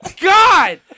God